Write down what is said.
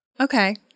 Okay